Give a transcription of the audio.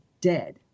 dead